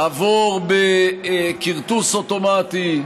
עבור בכרטוס אוטומטי,